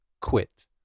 quit